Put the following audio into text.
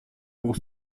pour